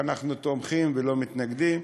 שאנחנו תומכים ולא מתנגדים.